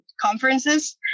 conferences